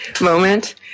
moment